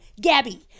Gabby